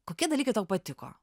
kokie dalykai tau patiko